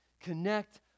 connect